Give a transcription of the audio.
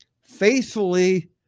faithfully